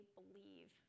believe